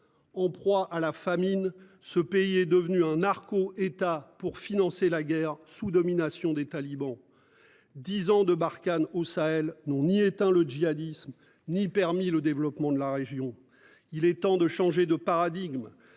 En proie à la famine. Ce pays est devenu un narco-État pour financer la guerre sous domination des talibans. 10 ans de Barkhane au Sahel non il éteint le djihadisme ni permis le développement de la région il est temps de changer de paradigme.